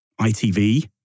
ITV